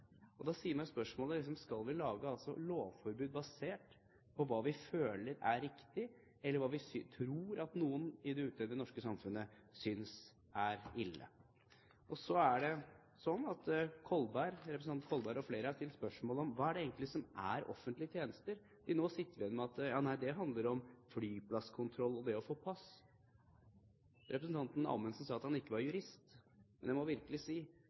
Da stiller jeg meg spørsmålet: Skal vi lage lovforbud basert på hva vi føler er riktig, eller på hva vi tror at noen ute i det norske samfunnet synes er ille? Så er det slik at representanten Kolberg og flere har stilt spørsmål om hva det egentlig er som er offentlige tjenester. Til nå sitter vi igjen med at det handler om flyplasskontroll og det å få pass. Representanten Amundsen sa at han ikke var jurist. Jeg må virkelig si